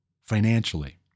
financially